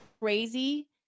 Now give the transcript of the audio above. crazy